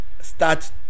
start